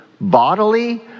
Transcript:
bodily